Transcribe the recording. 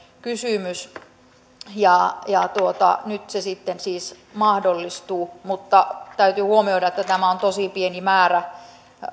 kysymys nyt se sitten siis mahdollistuu mutta täytyy huomioida että tämä on tosi pieni määrä